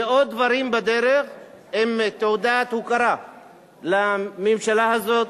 ועוד דברים בדרך, הם תעודת הוקרה לממשלה הזאת.